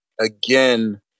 again